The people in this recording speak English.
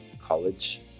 college